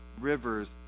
rivers